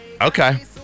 Okay